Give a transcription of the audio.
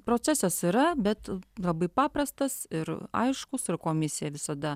procesas yra bet labai paprastas ir aiškus ir komisija visada